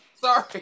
Sorry